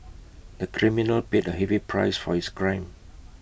the criminal paid A heavy price for his crime